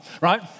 right